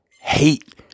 hate